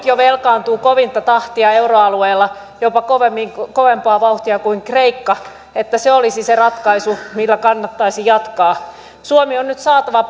jo velkaantuu kovinta tahtia euroalueella jopa kovempaa vauhtia kuin kreikka olisi se ratkaisu millä kannattaisi jatkaa suomi on nyt saatava